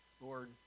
Lord